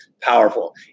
powerful